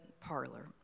parlor